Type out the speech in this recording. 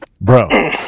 bro